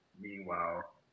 Meanwhile